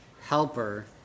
helper